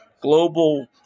global